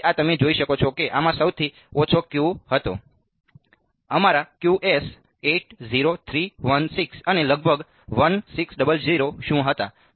તેથી આ તમે જોઈ શકો છો કે આમાં સૌથી ઓછો Q હતો અમારા Qs 80316 અને લગભગ 1600 શું હતા